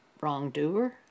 wrongdoer